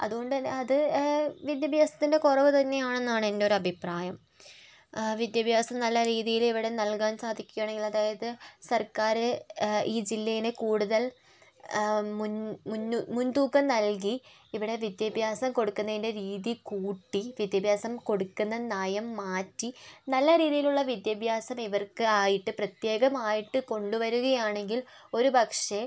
അതുകൊണ്ടുതന്നെ അത് വിദ്യാഭ്യാസത്തിൻറ്റെ കുറവ് തന്നെയാണെന്നാണെൻറ്റെ ഒരു അഭിപ്രായം വിദ്യാഭ്യാസം നല്ല രീതിയില് ഇവിടെ നൽകാൻ സാധിക്കുകയാണെങ്കില് അതായത് സര്ക്കാര് ഈ ജില്ലയ്ക്ക് കൂടുതൽ മുൻതൂക്കം നൽകി ഇവിടെ വിദ്യാഭ്യാസം കൊടുക്കുന്നതിന്റെ രീതി കൂട്ടി വിദ്യാഭ്യാസം കൊടുക്കുന്ന നയം മാറ്റി നല്ല രീതിയിലുള്ള വിദ്യാഭ്യാസം ഇവർക്കായിട്ട് പ്രത്യേകമായിട്ട് കൊണ്ടുവരികയാണെങ്കിൽ ഒരുപക്ഷേ